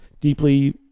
Deeply